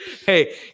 Hey